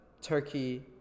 Turkey